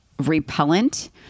repellent